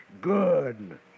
good